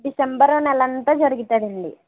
December నెల అంతా జరుగుతుందండి